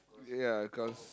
ya cause